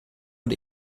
und